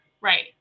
Right